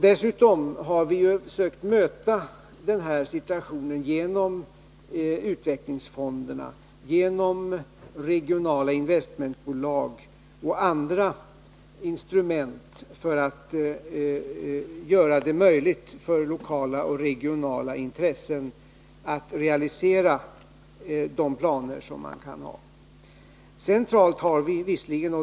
Dessutom har vi ju försökt klara den här situationen genom utvecklingsfonder, regionala investmentbolag och andra instrument för att göra det möjligt för lokala och regionala intressen att realisera de planer som man kan ha.